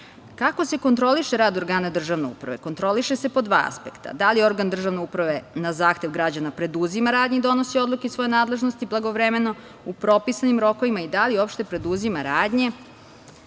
se kontroliše rad organa državne uprave? Kontroliše se po dva aspekta - da li organ države uprave na zahtev građana preduzima rad i donosi odluke iz svoje nadležnosti blagovremeno, u propisnim rokovima, i da li uopšte preduzima radnje